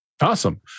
Awesome